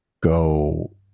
go